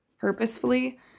purposefully